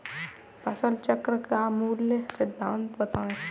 फसल चक्र का मूल सिद्धांत बताएँ?